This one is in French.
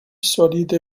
solide